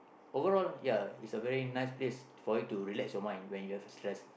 overall ya it's a very nice place for you to relax your mind when you have stress